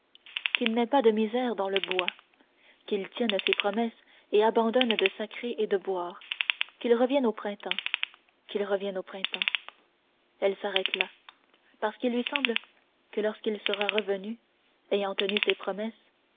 qu'il n'ait pas de misère dans le bois qu'il tienne ses promesses et abandonne de sacrer et de boire qu'il revienne au printemps qu'il revienne au printemps elle s'arrête là parce qu'il lui semble que lorsqu'il sera revenu ayant tenu ses promesses